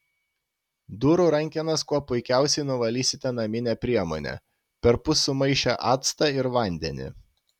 durų rankenas kuo puikiausiai nuvalysite namine priemone perpus sumaišę actą ir vandenį